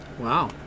Wow